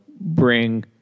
bring